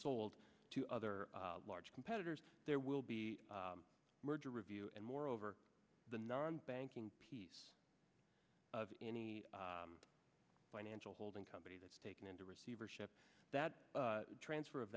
sold to other large competitors there will be a merger review and moreover the non banking piece of any financial holding company that's taking into receivership that transfer of